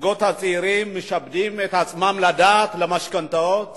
זוגות צעירים שמשעבדים את עצמם לדעת למשכנתאות